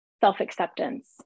self-acceptance